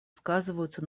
сказываются